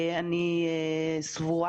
אני סבורה